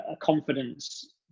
confidence